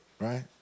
Right